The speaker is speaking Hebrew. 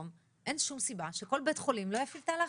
אין שום סיבה שכל בית חולים לא יפעיל תא לחץ,